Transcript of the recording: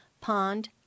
Pond